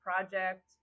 project